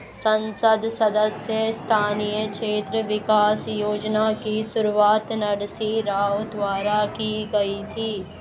संसद सदस्य स्थानीय क्षेत्र विकास योजना की शुरुआत नरसिंह राव द्वारा की गई थी